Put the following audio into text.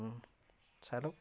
চাই লওঁক